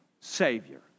Savior